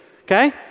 okay